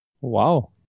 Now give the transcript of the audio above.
Wow